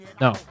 No